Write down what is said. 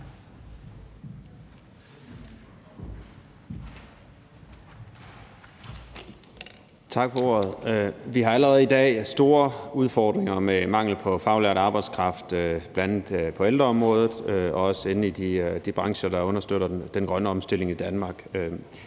Tak for ordet. Vi har allerede i dag store udfordringer med mangel på faglært arbejdskraft, bl.a. på ældreområdet og også i de brancher, der understøtter den grønne omstilling i Danmark.